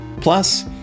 Plus